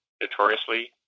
notoriously